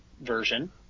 version